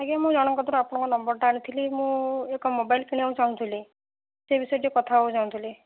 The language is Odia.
ଆଜ୍ଞା ମୁଁ ଜଣଙ୍କ କତିରୁ ଆପଣଙ୍କ ନମ୍ବର୍ଟା ଆଣିଥିଲି ମୁଁ ଏକ ମୋବାଇଲ୍ କିଣିବାକୁ ଚାହୁଁଥିଲି ସେଇ ବିଷୟରେ ଟିକିଏ କଥା ହେବାକୁ ଚାହୁଁଥିଲି